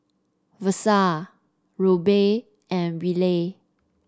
Versa Roby and Wiley